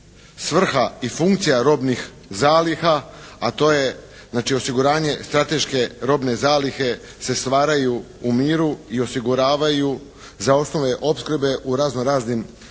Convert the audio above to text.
svrha i funkcija robnih zaliha a to je znači osiguranje strateške robne zalihe se stvaraju u miru i osiguravaju za osnovne opskrbe u razno raznim situacijama